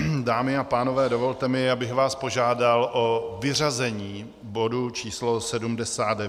Dámy a pánové, dovolte mi, abych vás požádal o vyřazení bodu číslo 79.